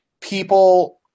people